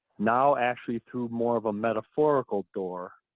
now actually through more of a metaphorical door,